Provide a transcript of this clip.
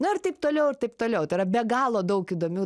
na ir taip toliau ir taip toliau tai yra be galo daug įdomių